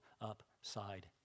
upside